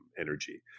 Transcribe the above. energy